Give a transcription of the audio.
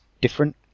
different